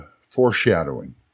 foreshadowing